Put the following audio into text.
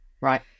right